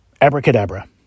abracadabra